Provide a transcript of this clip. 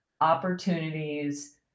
opportunities